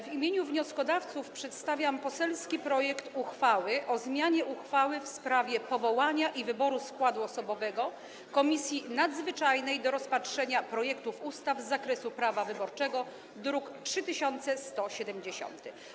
W imieniu wnioskodawców przedstawiam poselski projekt uchwały o zmianie uchwały w sprawie powołania i wyboru składu osobowego Komisji Nadzwyczajnej do rozpatrzenia projektów ustaw z zakresu prawa wyborczego, druk nr 3170.